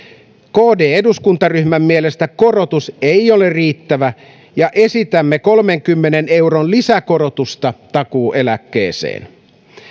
kd eduskuntaryhmän mielestä korotus ei ole riittävä ja esitämme kolmenkymmenen euron lisäkorotusta takuueläkkeeseen